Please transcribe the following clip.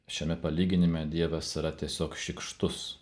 šiame palyginime dievas yra tiesiog šykštus